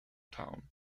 town